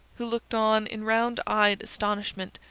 who looked on in round-eyed astonishment,